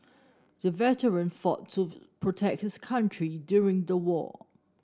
the veteran fought to protect his country during the war